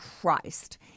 Christ